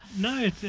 No